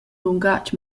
lungatg